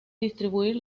distribuir